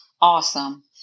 Awesome